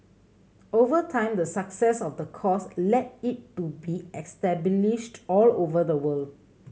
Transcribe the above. over time the success of the course led it to be established all over the world